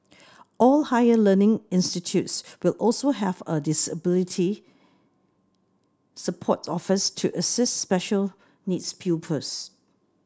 all higher learning institutes will also have a disability support office to assist special needs pupils